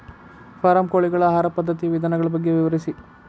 form ಕೋಳಿಗಳ ಆಹಾರ ಪದ್ಧತಿಯ ವಿಧಾನಗಳ ಬಗ್ಗೆ ವಿವರಿಸಿ